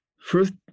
First